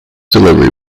delivery